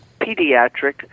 pediatric